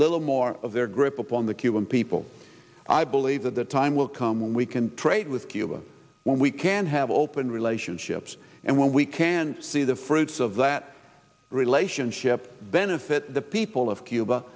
little more of their grip upon the cuban people i believe that the time will come when we can trade with cuba when we can have open relationships and when we can see the fruits of that relationship benefit the people of cuba